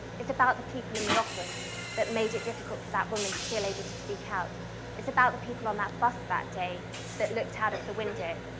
it's about the people in the office that made it difficult for that woman to feel able to speak out it's about the people on that bus that day that looked out of the window.